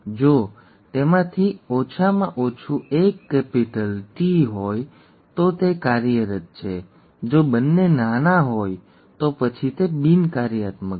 જો તેમાંથી ઓછામાં ઓછું એક કેપિટલ T હોય તો તે કાર્યરત છે જો બંને નાના હોય તો પછી તે બિન કાર્યાત્મક છે